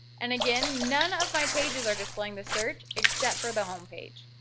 and, again, none of my pages are displaying the search except for the home page.